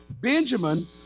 Benjamin